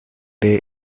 day